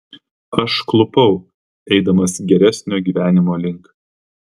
aš klupau eidamas geresnio gyvenimo link